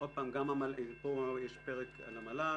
יש פה פרק על המל"ל.